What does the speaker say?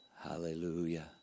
hallelujah